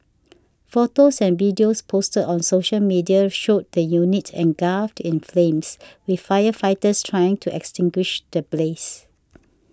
photos and videos posted on social media showed the unit engulfed in flames with firefighters trying to extinguish the blaze